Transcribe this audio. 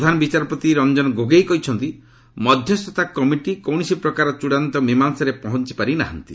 ପ୍ରଧାନ ବିଚାରପତି ରଞ୍ଜନ ଗୋଗୋଇ କହିଛନ୍ତି ମଧ୍ୟସ୍ଥତା କମିଟି କୌଣସି ପ୍ରକାର ଚୃଡ଼ାନ୍ତ ମୀମାଂଶାରେ ପହଞ୍ଚପାରି ନାହାନ୍ତି